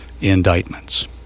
indictments